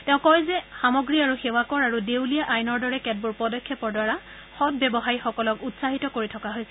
তেওঁ কয় যে সামগ্ৰী আৰু সেৱা কৰ আৰু দেউলীয়া আইনৰ দৰে কেতবোৰ পদক্ষেপৰ দ্বাৰা সৎ ব্যৱসায়ীসকলক উদগনি উৎসাহিত কৰি থকা হৈছে